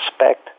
respect